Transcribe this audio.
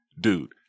dude